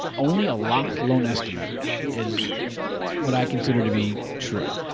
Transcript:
only a locked loan estimate is what i consider to be true.